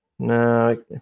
No